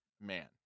man